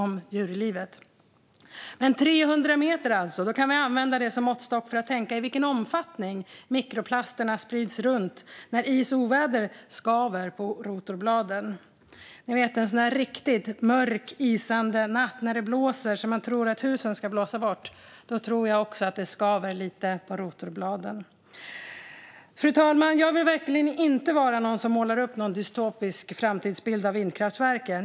Men 300 meter kan vi alltså använda som måttstock för i vilken omfattning mikroplasterna sprids runt när is och oväder skaver på rotorbladen. En sådan där riktigt mörk, isande natt när det blåser så att man tror att husen ska blåsa bort tror jag nog att vädret också skaver lite på rotorbladen. Fru talman! Jag vill verkligen inte måla upp en dystopisk framtidsbild av vindkraftverken.